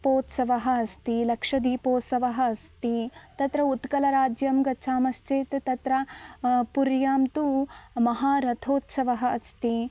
दीपोत्सवः अस्ति लक्षदीपोसवः अस्ति तत्र उत्कलराज्यं गच्छामश्चेत् तत्र पुर्यां तु महारथोत्सवः अस्ति